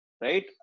right